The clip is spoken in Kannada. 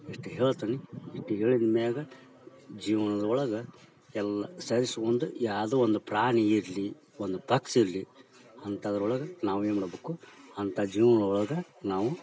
ಇಷ್ಟು ಹೇಳ್ತೀನಿ ಇಷ್ಟು ಹೇಳಿದ್ಮ್ಯಾಗ ಜೀವನದ ಒಳಗೆ ಎಲ್ಲ ಸೇರಿಸ್ಕೊಂಡು ಯಾವುದೋ ಒಂದು ಪ್ರಾಣಿ ಇರಲಿ ಒಂದು ಪಕ್ಷಿ ಇರಲಿ ಅಂತದ್ರೊಳಗೆ ನಾವು ಏನ್ಮಾಡ್ಬೇಕು ಅಂತ ಜೀವ್ನದ ಒಳಗೆ ನಾವು